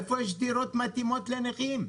איפה יש דירות מתאימות לנכים?